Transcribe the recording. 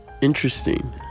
Interesting